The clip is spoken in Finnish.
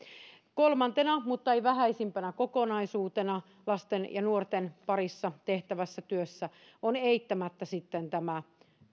kolmantena mutta ei vähäisimpänä kokonaisuutena lasten ja nuorten parissa tehtävässä työssä on eittämättä sitten tämä